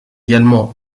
également